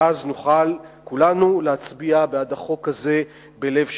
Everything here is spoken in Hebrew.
ואז נוכל כולנו להצביע בעד החוק הזה בלב שלם.